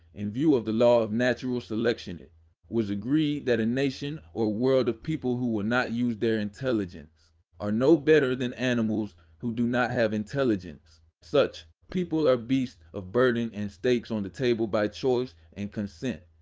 in view of the law of natural selection it was agreed that a nation or world of people who will not use their intelligence are no better than animals who do not have intelligence. such people are beasts of burden and steaks on the table by choice and consent.